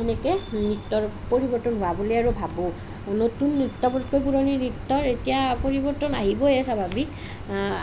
সেনেকৈ নৃত্যৰ পৰিবৰ্তন হোৱা বুলি আৰু ভাবোঁ নতুন নৃত্যবোৰতকৈ পুৰণি নৃত্যৰ এতিয়া পৰিবৰ্তন আহিবই স্বাভাৱিক